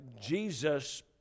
Jesus